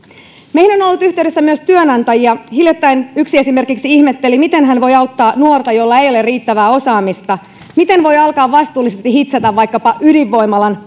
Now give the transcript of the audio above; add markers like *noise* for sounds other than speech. meihin on on ollut yhteydessä myös työnantajia hiljattain yksi esimerkiksi ihmetteli miten hän voi auttaa nuorta jolla ei ole riittävää osaamista miten voi alkaa vastuullisesti hitsata vaikkapa ydinvoimalan *unintelligible*